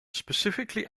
specifically